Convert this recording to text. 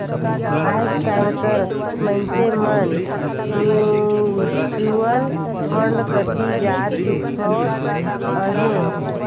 आएज काएल कर मइनसे मन म्युचुअल फंड कती जात दिखत अहें